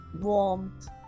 warmth